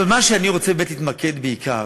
אבל במה שאני רוצה להתמקד, בעיקר,